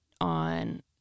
on